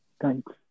Thanks